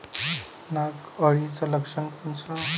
नाग अळीचं लक्षण कोनचं?